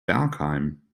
bergheim